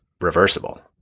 reversible